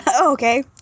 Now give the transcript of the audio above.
Okay